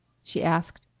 she asked.